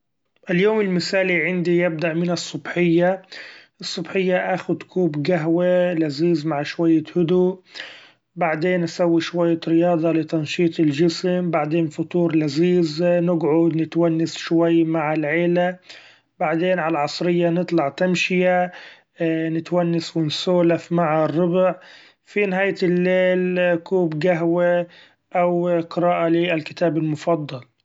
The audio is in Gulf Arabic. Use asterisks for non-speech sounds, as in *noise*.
اليوم المثالي عندي يبدأ من الصبحيه ، الصبحيه أخد كوب القهوي لذيذ مع شوية هدوء ، بعدين اسوي شوية رياضه لتنشيط الجسم بعدين فطور لذيذ نقعد نتونس شوي مع العيله ، بعدين عالعصريه نطلع تمشيه *hesitation* نتونس و نسولف مع الربع ، في نهاية الليل كوب قهوى أو قراءة لي الكتاب المفضل.